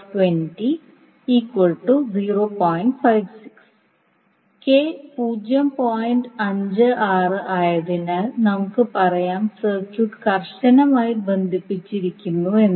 56 ആയതിനാൽ നമുക്ക് പറയാം സർക്യൂട്ട് കർശനമായി ബന്ധിപ്പിച്ചിരിക്കുന്നു എന്ന്